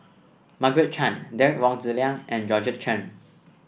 Margaret Chan Derek Wong Zi Liang and Georgette Chen